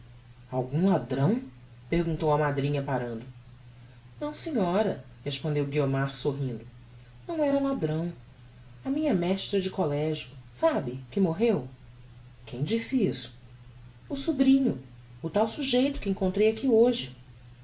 algum ladrão perguntou a madrinha parando não senhora respondeu guiomar sorrindo não era ladrão a minha mestra de collegio sabe que morreu quem disse isso o sobrinho o tal sugeito que encontrei aqui hoje